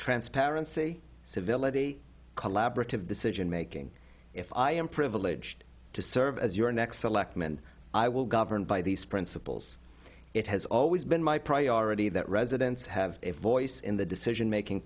transparency civility collaborative decision making if i am privileged to serve as your next selectman i will govern by these principles it has always been my priority that residents have a voice in the decision making